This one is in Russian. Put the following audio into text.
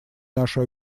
нашу